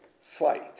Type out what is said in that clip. fight